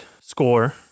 score